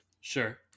Sure